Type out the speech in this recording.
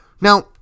Now